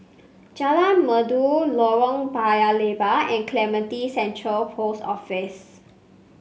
Jalan Merdu Lorong Paya Lebar and Clementi Central Post Office